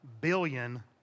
billion